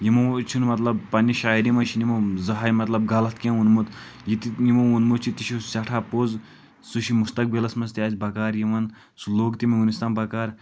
یِمو حظ چھنہٕ مطلب پننہِ شٲعری منٛز چھُنہٕ یِمو زہٲنۍ مطلب کینٛہہ غلط ووٚنمُت یہِ تہِ یِمو ووٚنمُت چھِ تہِ چھِ سٮ۪ٹھاہ پوٚز سُہ چھِ مستقبلس منٛز تہِ اسہِ بقار یِوان سُہ لوٚگ تہِ ونیُس تام بکار